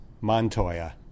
Montoya